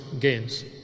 gains